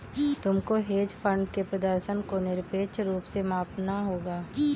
तुमको hedge fund के प्रदर्शन को निरपेक्ष रूप से मापना होगा